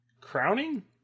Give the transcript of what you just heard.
Crowning